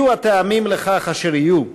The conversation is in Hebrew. יהיו הטעמים לכך אשר יהיו,